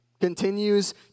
continues